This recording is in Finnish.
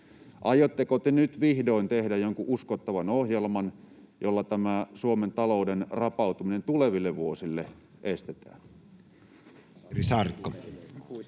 aiotteko te nyt vihdoin tehdä jonkun uskottavan ohjelman, jolla tämä Suomen talouden rapautuminen tuleville vuosille estetään? [Speech 57]